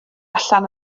allan